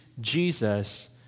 Jesus